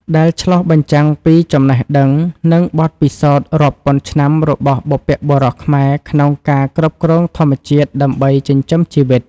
ដែលឆ្លុះបញ្ចាំងពីចំណេះដឹង និងបទពិសោធន៍រាប់ពាន់ឆ្នាំរបស់បុព្វបុរសខ្មែរក្នុងការគ្រប់គ្រងធម្មជាតិដើម្បីចិញ្ចឹមជីវិត។